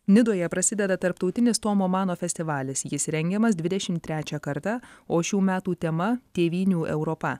nidoje prasideda tarptautinis tomo mano festivalis jis rengiamas dvidešimt trečią kartą o šių metų tema tėvynių europa